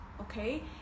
okay